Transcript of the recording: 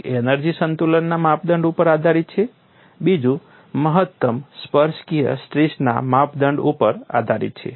એક એનર્જી સંતુલનના માપદંડ ઉપર આધારિત છે બીજું મહત્તમ સ્પર્શકીય સ્ટ્રેસના માપદંડ ઉપર આધારિત છે